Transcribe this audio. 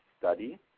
study